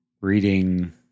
reading